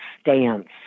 stance